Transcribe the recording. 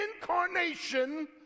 incarnation